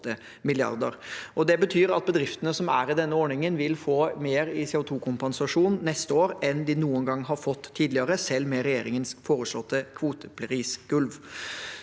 Det betyr at bedriftene som er i denne ordningen, vil få mer i CO2-kompensasjon neste år enn de noen gang har fått tidligere, selv med regjeringens foreslåtte kvoteprisgulv.